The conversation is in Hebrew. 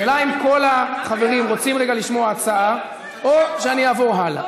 השאלה היא אם כל החברים רוצים לשמוע רגע הצעה או שאני אעבור הלאה.